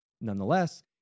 Nonetheless